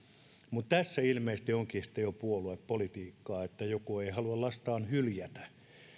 mutta tässä ilmeisesti onkin sitten jo puoluepolitiikkaa että joku ei ei halua lastaan hyljätä